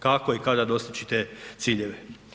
Kako i kada dostići te ciljeve?